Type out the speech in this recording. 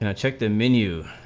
and check the menu